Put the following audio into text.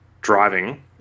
driving